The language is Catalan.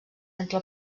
entre